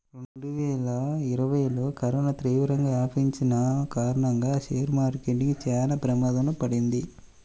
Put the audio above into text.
రెండువేల ఇరవైలో కరోనా తీవ్రంగా వ్యాపించిన కారణంగా షేర్ మార్కెట్ చానా ప్రమాదంలో పడింది